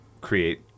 create